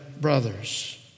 brothers